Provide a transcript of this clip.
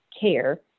care